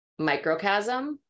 microchasm